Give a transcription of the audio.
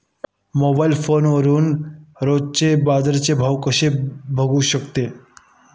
Mobile फोनवरून रोजचा बाजारभाव कसा बघू शकतो?